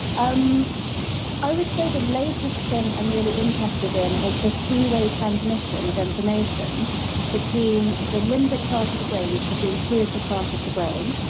um i would say the latest thing i'm really interested in is the three-way transmission of information between the limbic part of the brain, which is the intuitive part of the brain,